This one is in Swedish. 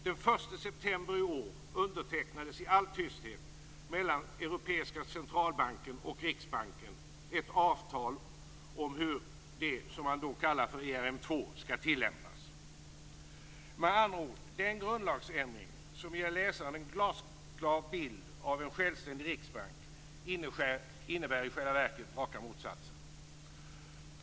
Den 1 september i år undertecknades i all tysthet mellan Europeiska centralbanken och Riksbanken ett avtal om hur det man kallar ERM2 Med andra ord: Den grundlagsändring som ger läsaren en glasklar bild av en självständig riksbank innebär i själva verket raka motsatsen.